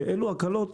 ואילו הקלות